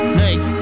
make